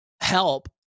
help